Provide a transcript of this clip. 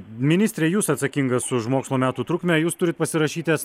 ministre jūs atsakingas už mokslo metų trukmę jūs turit pasirašyt es